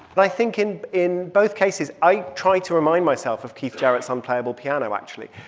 but i think in in both cases i tried to remind myself of keith jarrett's unplayable piano, actually.